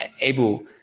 able